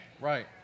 Right